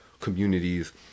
communities